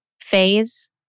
phase